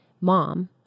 mom